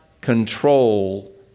control